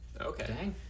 Okay